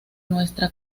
nuestra